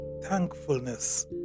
thankfulness